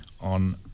on